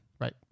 Right